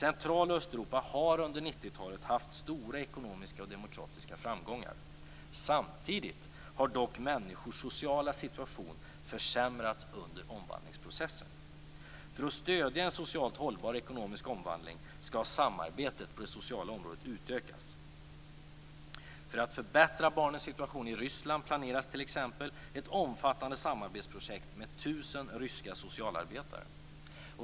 Central och Östeuropa har under 1990-talet haft stora ekonomiska och demokratiska framgångar. Samtidigt har dock många människors sociala situation försämrats under omvandlingsprocessen. För att stödja en socialt hållbar ekonomisk omvandling skall samarbetet på det sociala området utökas. För att förbättra barnens situation i Ryssland planeras t.ex. ett omfattande samarbetsprojekt med 1 000 ryska socialarbetare.